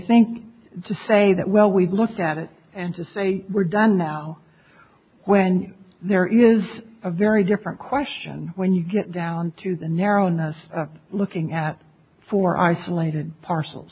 think to say that well we've looked at it and to say we're done now when there is a very different question when you get down to the narrowness of looking at four isolated parcels